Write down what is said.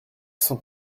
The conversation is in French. sont